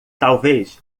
talvez